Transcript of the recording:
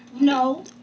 no